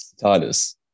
Titus